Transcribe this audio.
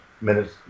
minutes